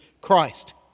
Christ